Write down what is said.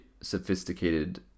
sophisticated